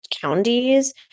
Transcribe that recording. counties